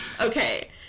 Okay